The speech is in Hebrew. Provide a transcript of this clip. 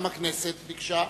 גם הכנסת ביקשה: